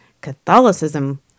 catholicism